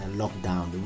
lockdown